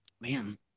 Man